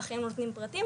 בחיים לא נותנים פרטים